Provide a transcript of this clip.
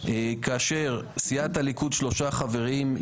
כאשר סיעת הליכוד שלושה חברים,